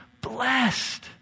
blessed